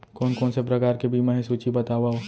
कोन कोन से प्रकार के बीमा हे सूची बतावव?